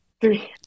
three